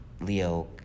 Leo